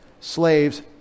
slaves